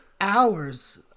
hours